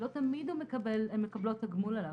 לא תמיד הן מקבלות תגמול עליו.